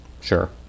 Sure